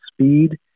speed